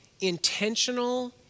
intentional